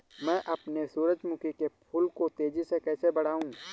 मैं अपने सूरजमुखी के फूल को तेजी से कैसे बढाऊं?